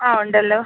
ആ ഉണ്ടല്ലോ